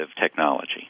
technology